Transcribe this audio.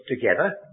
together